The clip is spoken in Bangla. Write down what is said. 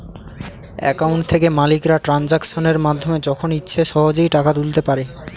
অ্যাকাউন্ট থেকে মালিকরা ট্রানজাকশনের মাধ্যমে যখন ইচ্ছে সহজেই টাকা তুলতে পারে